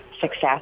success